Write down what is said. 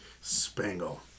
Spangle